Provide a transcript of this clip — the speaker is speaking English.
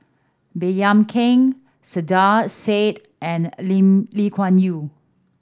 Baey Yam Keng Saiedah Said and Lee Kuan Yew